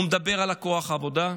הוא מדבר על כוח העבודה,